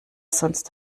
sonst